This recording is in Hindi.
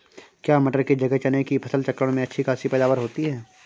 क्या मटर की जगह चने की फसल चक्रण में अच्छी खासी पैदावार होती है?